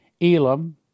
Elam